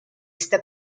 esta